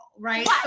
right